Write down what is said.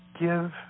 give